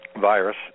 virus